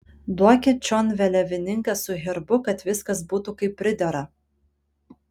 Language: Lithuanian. duokit čion vėliavininką su herbu kad viskas būtų kaip pridera